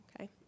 Okay